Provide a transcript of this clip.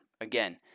Again